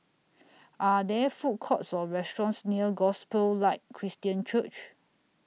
Are There Food Courts Or restaurants near Gospel Light Christian Church